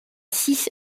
six